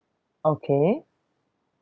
okay